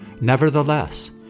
Nevertheless